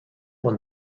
when